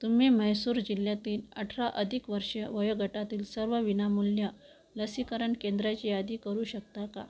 तुम्ही म्हैसूर जिल्ह्यातील अठरा अधिक वर्षे वयोगटातील सर्व विनामूल्य लसीकरण केंद्राची यादी करू शकता का